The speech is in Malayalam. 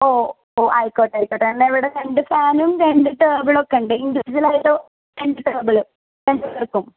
ഓ ഓ ആയിക്കോട്ടായിക്കോട്ടെ എന്നാൽ ഇവിടെ രണ്ട് ഫാനും രണ്ട് ടേബിളൊക്കെ ഉണ്ട് ഇൻഡിവിജ്വലായിട്ട് രണ്ട് ടേബിള് രണ്ട് പേർക്കും